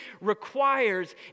requires